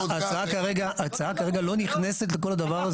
ההצעה כרגע לא נכנסת לכל הדבר הזה.